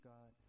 God